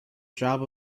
job